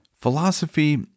Philosophy